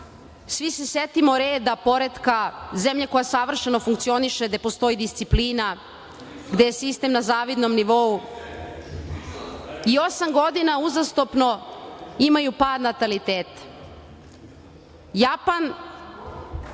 svi se setimo reda i poretka, zemlje koja savršeno funkcioniše, gde postoji disciplina, gde je sistem na zavidnom nivou i osam godina uzastopno imaju pad nataliteta. Japan